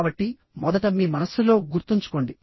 కాబట్టి మొదట మీ మనస్సులో గుర్తుంచుకోండి